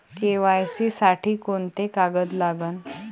KYC साठी कोंते कागद लागन?